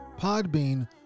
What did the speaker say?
Podbean